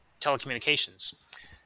telecommunications